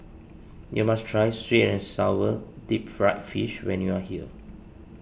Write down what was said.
you must try Sweet and Sour Deep Fried Fish when you are here